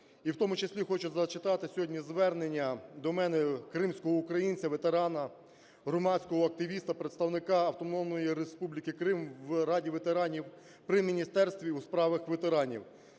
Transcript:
І в тому числі хочу зачитати сьогодні звернення до мене кримського українця, ветерана, громадського активіста, представника Автономної Республіки Крим в Раді ветеранів при Міністерстві у справах ветеранів.